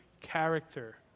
character